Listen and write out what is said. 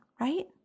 right